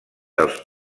dels